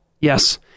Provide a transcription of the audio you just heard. Yes